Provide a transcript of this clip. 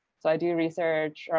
so i do research.